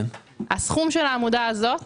הסכום של העמודה הזאת